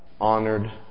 honored